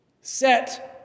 Set